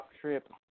trip